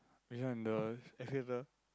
this one the as in the